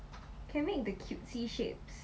can make the cutesy shapes